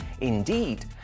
indeed